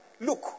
look